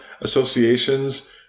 associations